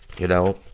you know.